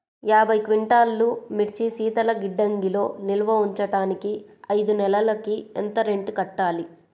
యాభై క్వింటాల్లు మిర్చి శీతల గిడ్డంగిలో నిల్వ ఉంచటానికి ఐదు నెలలకి ఎంత రెంట్ కట్టాలి?